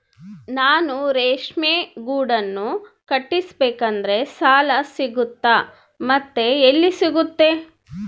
ನಾನು ರೇಷ್ಮೆ ಗೂಡನ್ನು ಕಟ್ಟಿಸ್ಬೇಕಂದ್ರೆ ಸಾಲ ಸಿಗುತ್ತಾ ಮತ್ತೆ ಎಲ್ಲಿ ಸಿಗುತ್ತೆ?